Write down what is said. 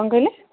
କ'ଣ କହିଲେ